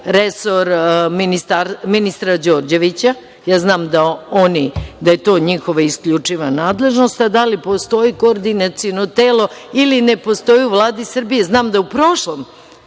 resor ministra Đorđevića. Ja znam da oni, da je to njihova isključiva nadležnost, a da li postoji koordinaciono telo ili ne postoji u Vladi Srbije. Znam da je u prošloj